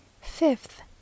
FIFTH